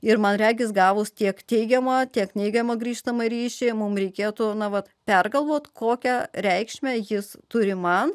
ir man regis gavus tiek teigiamą tiek neigiamą grįžtamąjį ryšį mums reikėtų nuolat pergalvoti kokią reikšmę jis turi man